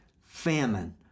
famine